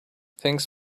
things